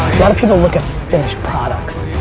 lot of people look at finished products.